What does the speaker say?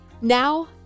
Now